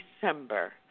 December